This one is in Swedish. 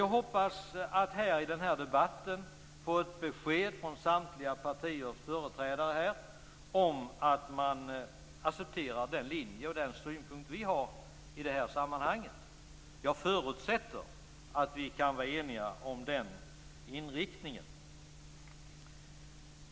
Jag hoppas att i den här debatten få ett besked från samtliga partiers företrädare om att man accepterar den linje och den synpunkt vi har i det här sammanhanget. Jag förutsätter att vi kan vara eniga om den inriktningen.